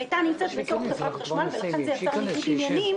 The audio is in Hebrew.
היחידה הייתה נמצאת בתוך חברת חשמל ולכן זה יצר ניגוד עניינים,